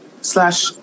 slash